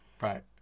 Right